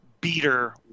beater